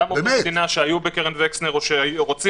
אותם עובדי מדינה שהיו בקרן וקסנר או שרוצים